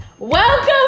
Welcome